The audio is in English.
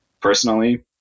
personally